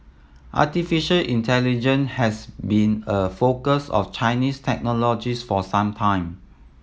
artificial intelligence has been a focus of Chinese technologists for some time